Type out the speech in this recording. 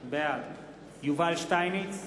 בעד יובל שטייניץ,